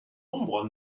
nombre